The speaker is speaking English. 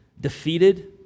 defeated